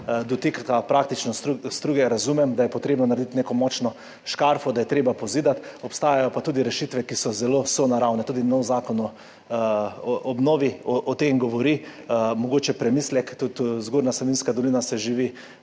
dotika struge, razumem, da je treba narediti neko močno škarpo, da je treba pozidati, obstajajo pa tudi rešitve, ki so zelo sonaravne. Tudi nov zakon o obnovi govori o tem. Mogoče premislek, tudi Zgornja Savinjska dolina živi